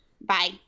Bye